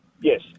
Yes